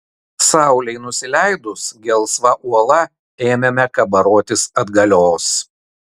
saulei nusileidus gelsva uola ėmėme kabarotis atgalios